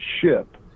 ship